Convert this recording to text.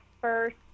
first